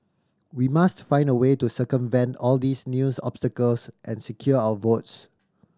we must find a way to circumvent all these news obstacles and secure our votes